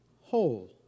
Whole